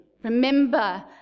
Remember